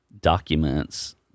documents